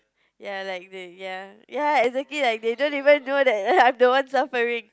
ya like they ya exactly like they don't even know I'm the one suffering